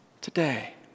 today